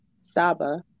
Saba